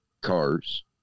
cars